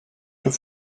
have